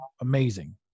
amazing